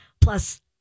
Plus